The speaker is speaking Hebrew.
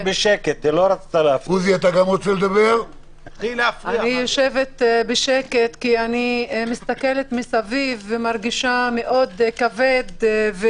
אני יושבת בשקט כי אני מסתכלת סביב ומרגישה הרגשה כבדה.